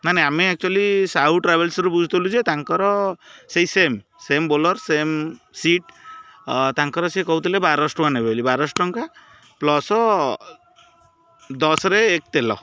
ନାଇଁ ନାଇଁ ଆମେ ଅକ୍ଚ୍ୟୁଆଲି ସାହୁ ଟ୍ରାଭେଲସ୍ରୁ ବୁଝୁଥିଲୁ ଯେ ତାଙ୍କର ସେଇ same same Bolero same seat ତାଙ୍କର ସେ କହୁଥିଲେ ବାରଶହ ଟଙ୍କା ନେବେ ବୋଲି ବାରଶହ ଟଙ୍କା ପ୍ଲସ୍ ଦଶରେ ଏକ ତେଲ